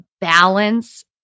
balance